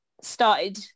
started